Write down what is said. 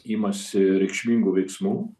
imasi reikšmingų veiksmų